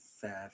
seven